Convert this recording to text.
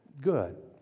good